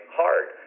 hard